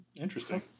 Interesting